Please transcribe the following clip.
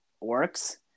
works